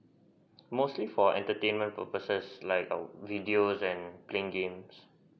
mostly for entertainment purposes like video and playing games